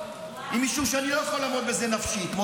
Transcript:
היא משום שאני לא יכול לעמוד בזה נפשית.